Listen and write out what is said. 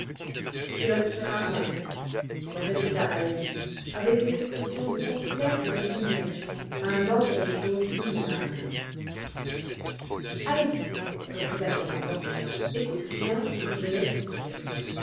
cela ne sert à rien répéta heidi avec une expression de complète résignation à une ordre de choses immuable heidi reprit la grand'maman écoute bien ce que je vais te dire